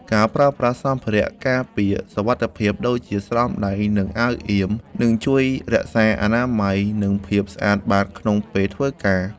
ការប្រើប្រាស់សម្ភារៈការពារសុវត្ថិភាពដូចជា ស្រោមដៃ និងអាវអៀម នឹងជួយរក្សាអនាម័យ និងភាពស្អាតបាតក្នុងពេលធ្វើការ។